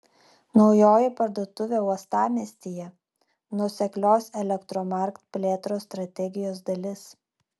naujoji parduotuvė uostamiestyje nuoseklios elektromarkt plėtros strategijos dalis